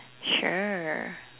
sure